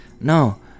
No